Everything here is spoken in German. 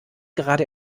gerade